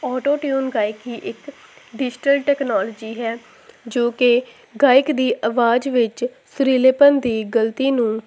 auto tune ਗਾਈਕੀ ਇੱਕ digital technology ਹੈ ਜੋ ਕਿ ਗਾਇਕ ਦੀ ਆਵਾਜ਼ ਵਿੱਚ ਸੁਰੀਲੇਪਣ ਦੀ ਗਲਤੀ ਨੂੰ